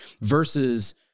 versus